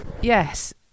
yes